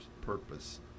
purpose